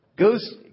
Goes